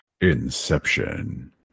inception